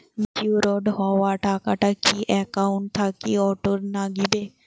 Matured হওয়া টাকাটা কি একাউন্ট থাকি অটের নাগিবে?